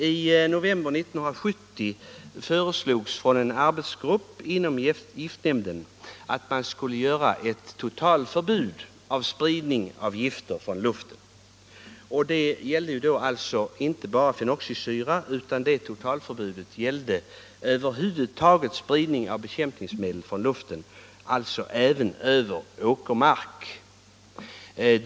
I november 1970 föreslogs av en arbetsgrupp inom giftnämnden ett totalförbud mot spridning av gifter från luften. Det gällde alltså inte bara fenoxisyror utan över huvud taget spridning av bekämpningsmedel från luften, även över åkermark.